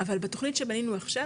אבל בתוכנית שבנינו עכשיו